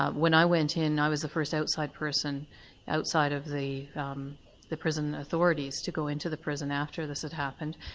when i went in, i was the first outside person outside of the um the prison authorities, to go in to the prison after this had happened.